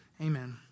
amen